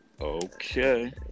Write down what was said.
Okay